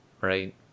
right